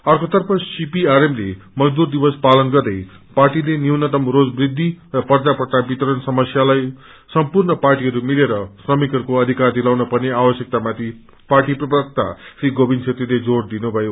आर्केतर्फ सीपीआरएम ले मजदूर दिवसा पालन गर्दै पार्टीले न्यूनतम रोज वृखि र पेजा पट्टा वितरण समस्यालाई सम्पूर्ण पार्टीहरू मिलेर श्रमिकहरूको अधिकर दिलाउन पर्ने आवश्यकता माथि पार्टी प्रवक्ता श्री गोविन्द छेत्रीले जोङ दिए